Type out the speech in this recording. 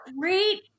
great